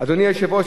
אדוני היושב-ראש,